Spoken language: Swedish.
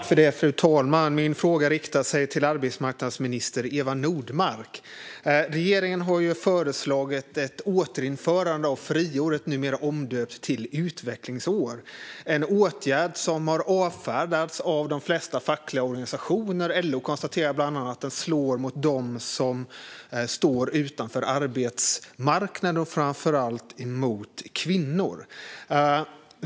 Fru talman! Min fråga är riktad till arbetsmarknadsminister Eva Nordmark. Regeringen har föreslagit ett återinförande av friåret, numera omdöpt till utvecklingsår. Det är en åtgärd som har avfärdats av de flesta fackliga organisationer. LO konstaterar bland annat att den slår mot dem som står utanför arbetsmarknaden och framför allt mot kvinnor.